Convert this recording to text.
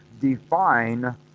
define